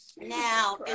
Now